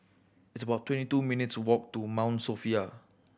it's about twenty two minutes' walk to Mount Sophia